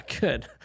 good